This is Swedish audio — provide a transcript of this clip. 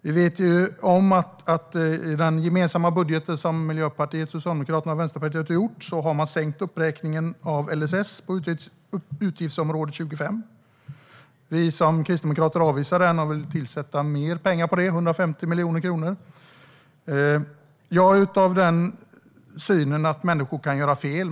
Vi vet om att i den gemensamma budgeten som Miljöpartiet, Socialdemokraterna och Vänsterpartiet har gjort har man sänkt uppräkningen av LSS på utgiftsområde 25. Vi som kristdemokrater avvisar det och vill lägga mer pengar på det, 150 miljoner kronor. Jag har den synen att människor kan göra fel.